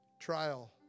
trial